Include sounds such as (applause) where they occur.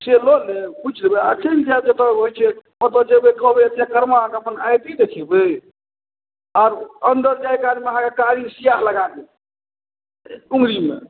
से लऽ लेब पुछि लेबै आओर चलि जाएब (unintelligible) जतए जएबै कहबै एतेक (unintelligible) अपन आइ डी देखेबै आओर अन्दर जाइ कालमे एकटा आदमी अहाँके कारी सिआह लगा देत अङ्गुरीमे